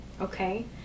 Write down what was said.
okay